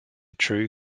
true